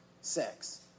sex